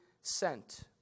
sent